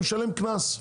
תשלם קנס.